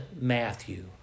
Matthew